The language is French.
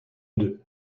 deux